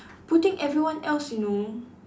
putting everyone else you know